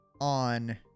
on